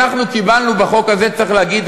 אנחנו קיבלנו בחוק הזה שצריך להגיד,